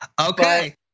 Okay